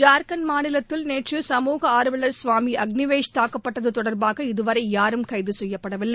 ஜார்க்கண்ட் மாநிலத்தில் நேற்று சமூக ஆர்வலர் சுவாமி அக்னிவேஷ் தாக்கப்பட்டது தொடர்பாக இதுவரை யாரும் கைது செய்யப்படவில்லை